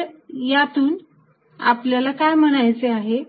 तर यातून आपल्याला काय म्हणायचे आहे